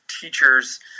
teachers